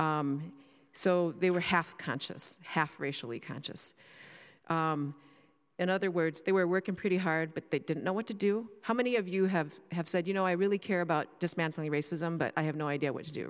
so they were half conscious half racially conscious in other words they were working pretty hard but they didn't know what to do how many of you have have said you know i really care about dismantling racism but i have no idea what to do